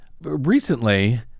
recently